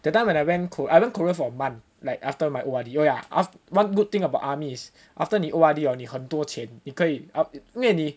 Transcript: that time when I went Ko~ I went Korea for a month like after my O_R_D oh yeah one good thing about army is after 你 O_R_D hor 你很多钱你可以因为你